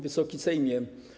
Wysoki Sejmie!